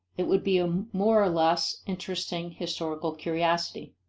it would be a more or less interesting historical curiosity.